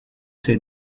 ses